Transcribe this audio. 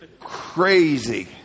crazy